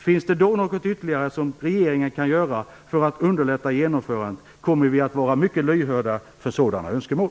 Finns det då något ytterligare som regeringen kan göra för att underlätta genomförandet, kommer vi att vara mycket lyhörda för sådana önskemål.